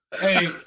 hey